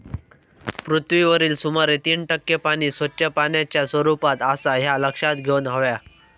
पृथ्वीवरील सुमारे तीन टक्के पाणी स्वच्छ पाण्याच्या स्वरूपात आसा ह्या लक्षात घेऊन हव्या